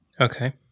Okay